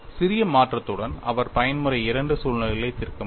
சிறிய மாற்றத்துடன் அவர் பயன்முறை II சூழ்நிலைகளை தீர்க்க முடியும்